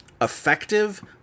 effective